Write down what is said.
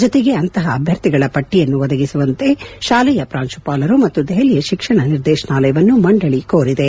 ಜತೆಗೆ ಅಂತಹ ಅಭ್ಯರ್ಥಿಗಳ ಪಟ್ಲಯನ್ನು ಒದಗಿಸುವಂತೆ ಶಾಲೆಯ ಪ್ರಾಂಶುಪಾಲರು ಮತ್ತು ದೆಹಲಿಯ ಶಿಕ್ಷಣ ನಿರ್ದೇಶನಾಲಯವನ್ನು ಮಂಡಳ ಕೋರಿದೆ